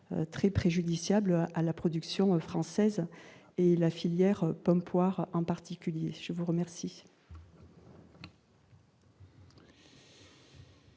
très préjudiciable à la production française, à la filière pomme-poire en particulier. La parole